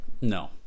No